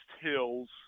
Hills